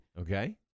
Okay